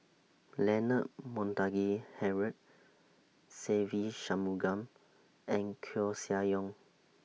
Leonard Montague Harrod Se Ve Shanmugam and Koeh Sia Yong